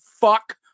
fuck